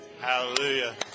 Hallelujah